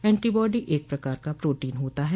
anti body एक प्रकार का प्रोटीन होता है